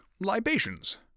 libations